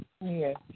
Yes